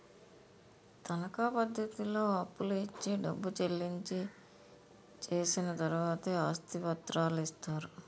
తనకా పద్ధతిలో అప్పులు ఇచ్చి డబ్బు చెల్లించి చేసిన తర్వాతే ఆస్తి పత్రాలు ఇస్తారు